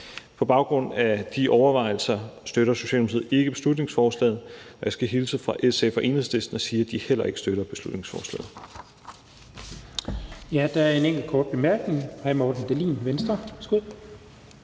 På baggrund af de overvejelser støtter Socialdemokratiet ikke beslutningsforslaget. Jeg skal hilse fra SF og Enhedslisten og sige, at de heller ikke støtter beslutningsforslaget.